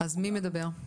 מי מדבר?